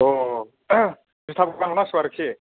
औ जुथाबो गानलांनांसिगौ आरोखि